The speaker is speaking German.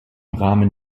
rahmen